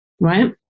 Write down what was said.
right